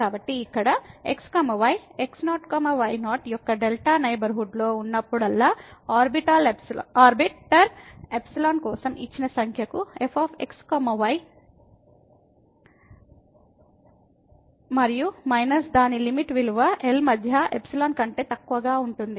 కనుక ఇక్కడ x y x0 y0 యొక్క డెల్టా నైబర్హుడ్ లో ఉన్నప్పుడల్లా ఆర్బిటర్ ఎప్సిలాన్ కోసం ఇచ్చిన సంఖ్యకు f x y మరియు మైనస్ దాని లిమిట్ విలువ L మధ్య ఎప్సిలాన్ కంటే తక్కువగా ఉంటుంది